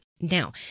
now